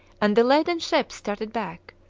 and the laden ships started back,